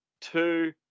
two